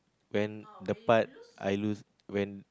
when the part I lose when